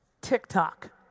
TikTok